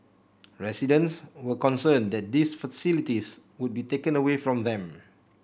residents were concerned that these facilities would be taken away from them